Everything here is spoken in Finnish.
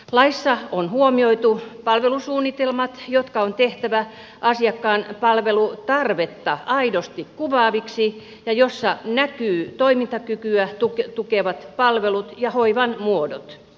laissa on huomioitu palvelusuunnitelmat jotka on tehtävä asiakkaan palvelutarvetta aidosti kuvaaviksi ja joissa näkyy toimintakykyä tukevat palvelut ja hoivan muodot